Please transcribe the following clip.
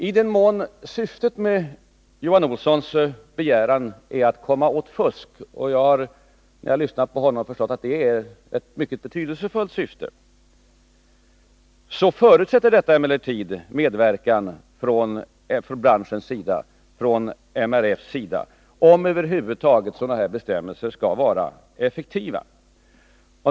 I den mån syftet med Johan Olssons begäran är att komma åt fusk — och jag har när jag lyssnat på honom förstått att det är ett mycket betydelsefullt syfte — så förutsätter det medverkan från branschens sida, från MRF:s sida, om över huvud taget sådana här bestämmelser skall bli effektiva.